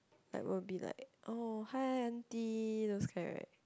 like will be like oh hi auntie those kind right